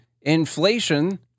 inflation